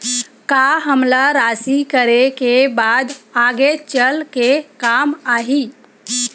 का हमला राशि करे के बाद आगे चल के काम आही?